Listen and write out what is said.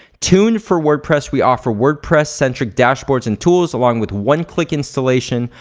tune for wordpress. we offer wordpress, centric dashboards and tools along with one click installation,